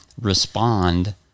respond